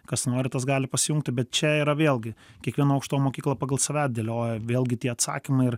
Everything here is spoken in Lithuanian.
kas nori tas gali pasijungti bet čia yra vėlgi kiekviena aukštoji mokykla pagal save dėlioja vėlgi tie atsakymai ir